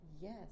yes